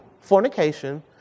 fornication